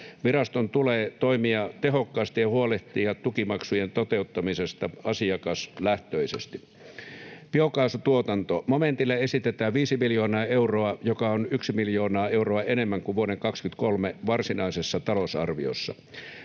Viraston tulee toimia tehokkaasti ja huolehtia tukimaksujen toteuttamisesta asiakaslähtöisesti. Biokaasutuotanto: Momentille esitetään 5 miljoonaa euroa, joka on miljoona euroa enemmän kuin vuoden 23 varsinaisessa talousarviossa.